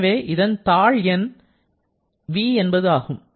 எனவே இதன் தாழ் எண் v ஆகும்